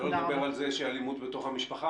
שלא לדבר על זה שאלימות בתוך המשפחה